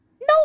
No